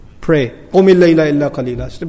Pray